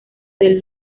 del